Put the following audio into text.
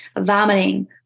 vomiting